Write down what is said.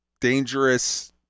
dangerous